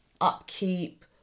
upkeep